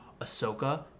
Ahsoka